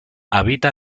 habita